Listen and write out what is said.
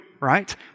right